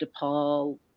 DePaul